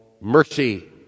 mercy